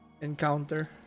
encounter